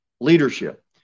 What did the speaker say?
leadership